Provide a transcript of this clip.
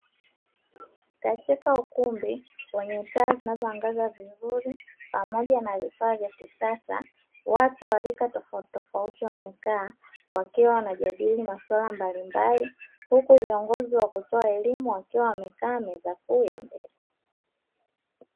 Katika ukumbi wenye taa zinazoangaza vizuri pamoja na vifaa vya kisasa, watu wa rika tofautitofauti wamekaa, wakiwa wanajadili masuala mbalimbali, huku viongozi wa kutoa elimu wakiwa wamekaa meza kuu ya mbele.